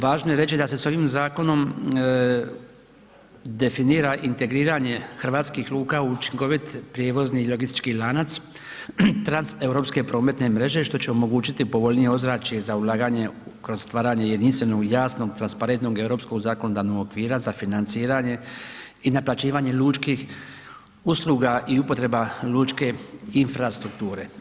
Važno je reći da se s ovim zakonom definira integriranje hrvatskih luka u učinkovit prijevozni i logistički lanac transeuropske prometne mreže što će omogućiti povoljnije ozračje za ulaganje kroz stvaranje jedinstvenog i jasnog transparentnog europskog zakonodavnog okvira za financiranje i naplaćivanje lučkih usluga i upotreba lučke infrastrukture.